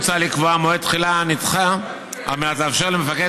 מוצע לקבוע מועד תחילה נדחה על מנת לאפשר למפקד